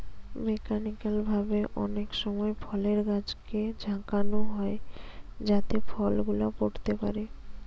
mechanical ভাবে অনেক সময় ফলের গাছকে ঝাঁকানো হয় যাতে ফল গুলা পড়তে পারে